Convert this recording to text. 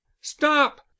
stop